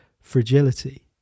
fragility